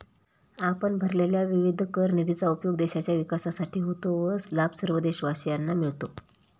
आपण भरलेल्या विविध कर निधीचा उपयोग देशाच्या विकासासाठी होतो व लाभ सर्व देशवासियांना मिळतो